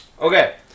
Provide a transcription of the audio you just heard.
Okay